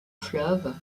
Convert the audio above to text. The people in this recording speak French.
fleuve